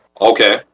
Okay